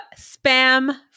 spam